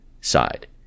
side